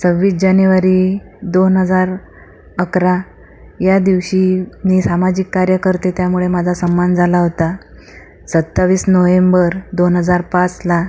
सव्वीस जानेवारी दोन हजार अकरा या दिवशी मी सामाजिक कार्य करते त्यामुळे माझा सन्मान झाला होता सत्तावीस नोव्हेंबर दोन हजार पाचला